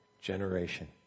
generation